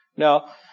Now